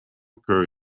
occur